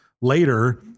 later